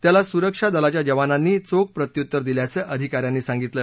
त्याला सुरक्षा दलाच्या जवानांनी चोख प्रत्युत्तर दिल्याचं अधिकाऱ्यांनी सांगितलं